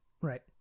Right